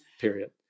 period